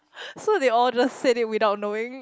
so they all just said it without knowing